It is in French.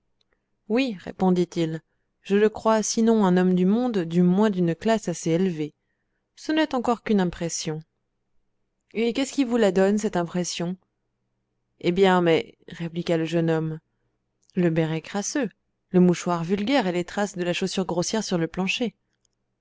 oui répondit-il je le crois sinon un homme du monde du moins d'une classe assez élevée ce n'est encore qu'une impression et qu'est-ce qui vous la donne cette impression eh bien mais répliqua le jeune homme le béret crasseux le mouchoir vulgaire et les traces de la chaussure grossière sur le plancher